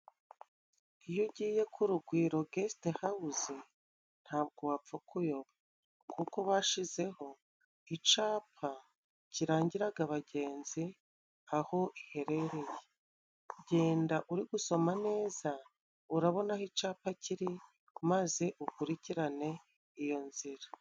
Iyo ugiye ku Rugwiro Geste Hawuzi ntabwo wapfa kuyoba, kuko bashizeho icapa kirangiraga abagenzi aho iherereye. Genda uri gusoma neza urabona aho icapa kiri, maze ukurikirane iyo nzira.